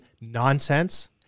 nonsense